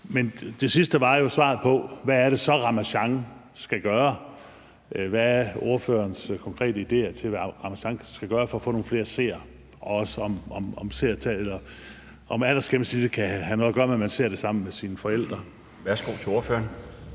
Men det sidste var jo spørgsmålet om, hvad det så er, Ramasjang skal gøre – hvad er ordførerens konkrete idéer til, hvad Ramasjang skal gøre for at få nogle flere seere? – og også om aldersgennemsnittet kan have noget at gøre med, at man ser det sammen med sine forældre? Kl. 13:17 Den